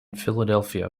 philadelphia